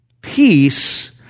Peace